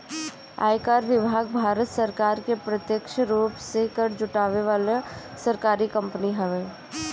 आयकर विभाग भारत सरकार के प्रत्यक्ष रूप से कर जुटावे वाला सरकारी कंपनी हवे